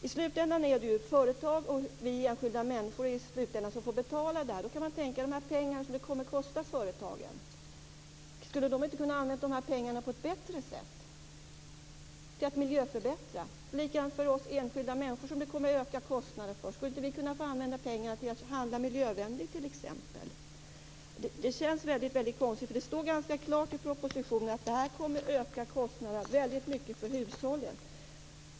I slutändan är det företag och vi enskilda människor som får betala. De pengar som detta kommer att kosta företagen, skulle inte de kunnat användas på ett bättre sätt till att miljöförbättra? Likadant är det för oss enskilda människor som kommer att få ökade kostnader. Skulle inte vi kunna få använda pengarna till att t.ex. handla miljövänligt? Det känns väldigt konstigt. Det står ganska klart i propositionen att kostnaderna kommer att öka väldigt mycket för hushållen.